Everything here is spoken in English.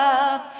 up